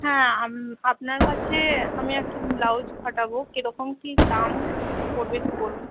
হ্যাঁ আপনার কাছে আমি একটা ব্লাউজ কাটাব কিরকম কি দাম পড়বে একটু বলুন